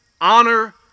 honor